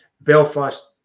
Belfast